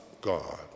God